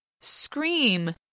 Scream